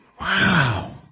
Wow